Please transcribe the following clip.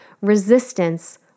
resistance